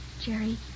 Jerry